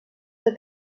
ser